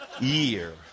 year